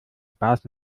spaß